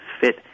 fit